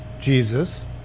Jesus